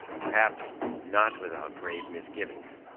perhaps not without grave misgivings.